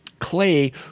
Clay